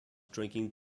drinking